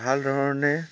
ভাল ধৰণে